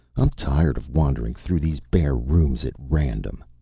i'm tired of wandering through these bare rooms at random.